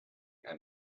and